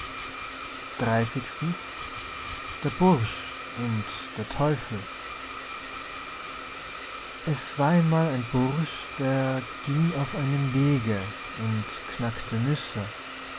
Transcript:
der bursch und der teufel es war einmal ein bursch der ging auf einem wege und knackte nüsse